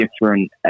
different